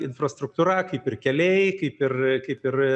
infrastruktūra kaip ir keliai kaip ir kaip ir